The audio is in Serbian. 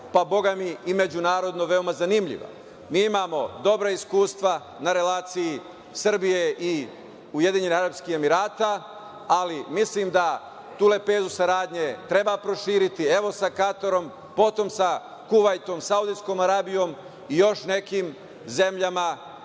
a bogami i međunarodno veoma zanimljiva. Mi imamo dobra iskustva na relaciji Srbije i Ujedinjenih Arapskih Emirata, ali mislim da tu lepezu saradnje treba proširiti, evo, sa Katarom, potom sa Kuvajtom, Saudijskom Arabijom i još nekim zemljama